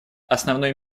основной